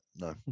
no